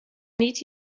need